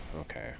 Okay